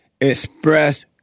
express